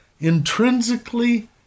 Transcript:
intrinsically